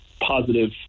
positive